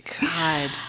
God